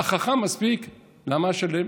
"החכם" מספיק, למה "השלם"?